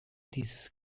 dieses